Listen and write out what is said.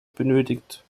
benötigt